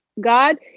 God